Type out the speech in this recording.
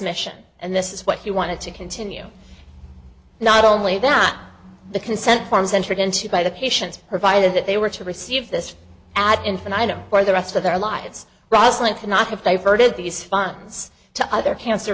mission and this is what he wanted to continue not only that the consent forms entered into by the patients provided that they were to receive this ad infinitum for the rest of their lives roslyn cannot have diverted these funds to other cancer